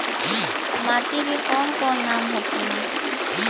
माटी के कौन कौन नाम होखेला?